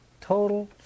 total